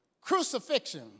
Crucifixion